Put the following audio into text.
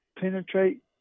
penetrate